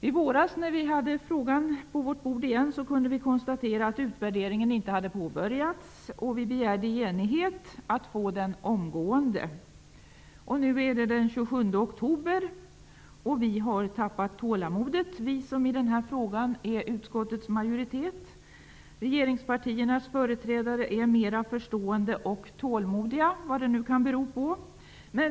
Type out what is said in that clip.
I våras kunde vi, när vi hade frågan på bordet igen, konstatera att utvärderingen inte hade påbörjats. Vi begärde, i enighet, att få den omgående. Nu är det den 27 oktober, och vi har tappat tålamodet, vi som i denna fråga är utskottets majoritet. Regeringspartiernas företrädare är mera förstående och tålmodiga, vad det nu kan bero på.